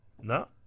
No